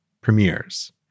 premieres